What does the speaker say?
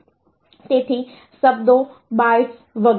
તેથી શબ્દો બાઇટ્સ વગેરે